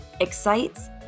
excites